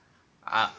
ah